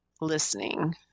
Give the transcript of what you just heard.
listening